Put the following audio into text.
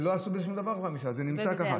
ולא עשו בזה שום דבר, זה נמצא ככה.